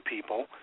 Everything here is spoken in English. people